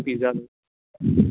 pizza ਲਈ